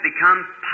become